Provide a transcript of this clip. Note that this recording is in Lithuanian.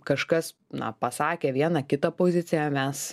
kažkas na pasakė vieną kitą poziciją mes